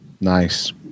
Nice